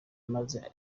maze